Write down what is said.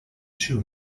two